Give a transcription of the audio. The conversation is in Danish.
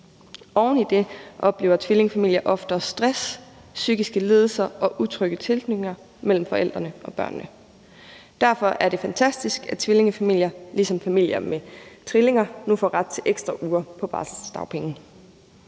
Oven i det oplever tvillingefamilier oftere stress, psykiske lidelser og utryg tilknytning mellem forældrene og børnene. Derfor er det fantastisk, at tvillingefamilier ligesom familier med trillinger nu får ret til ekstra uger på barselsdagpenge.